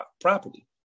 property